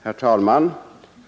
Herr talman!